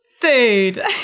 dude